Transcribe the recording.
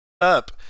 up